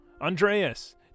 Andreas